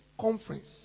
conference